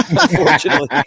unfortunately